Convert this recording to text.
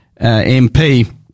MP